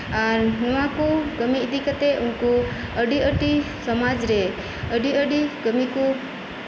ᱟᱨ ᱱᱚᱣᱟ ᱠᱚ ᱠᱟᱹᱢᱤ ᱤᱫᱤ ᱠᱟᱛᱮᱜ ᱩᱱᱠᱩ ᱟᱹᱰᱤ ᱟᱹᱰᱤ ᱥᱚᱢᱟᱡ ᱨᱮ ᱟᱹᱰᱤ ᱟᱹᱰᱤ ᱠᱟᱹᱢᱤ ᱠᱚ